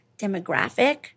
demographic